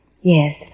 Yes